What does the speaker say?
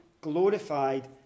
glorified